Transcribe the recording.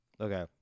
Okay